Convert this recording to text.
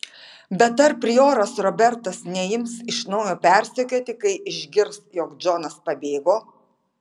bet ar prioras robertas neims iš naujo persekioti kai išgirs jog džonas pabėgo